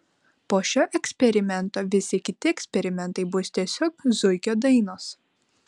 po šio eksperimento visi kiti eksperimentai bus tiesiog zuikio dainos